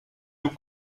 nous